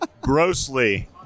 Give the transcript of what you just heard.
grossly